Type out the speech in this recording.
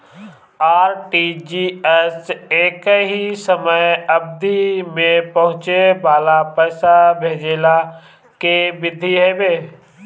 RTGS एकही समय अवधि में पहुंचे वाला पईसा भेजला के विधि हवे